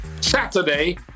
Saturday